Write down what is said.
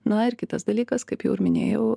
na ir kitas dalykas kaip jau ir minėjau